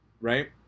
right